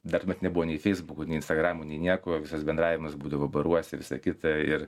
dar vat nebuvo nei feisbukų nei instagramų nei niekuo visas bendravimas būdavo baruose visą kitą ir